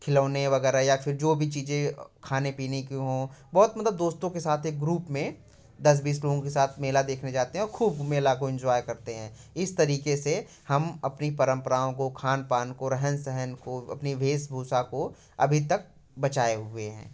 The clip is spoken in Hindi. खिलौने वगैरह या फिर जो भी कुछ खाने पीने कि हों बहुत मतलब दोस्तों के साथ एक ग्रुप में दस बीस लोगों के साथ मेला देखने जाते हैं खूब मेला को एन्जॉय करते हैं इस तरीके से हम अपनी परंपराओं को खान पान को रहन सहन को अपनी भेष भूषा को अभी तक बचाए हुए हैं